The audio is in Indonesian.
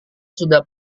sudah